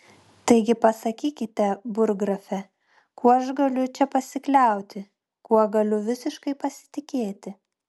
taigi pasakykite burggrafe kuo aš galiu čia pasikliauti kuo galiu visiškai pasitikėti